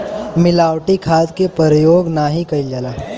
मिलावटी खाद के परयोग नाही कईल जाला